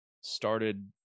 started